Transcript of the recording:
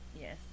Yes